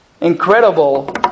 incredible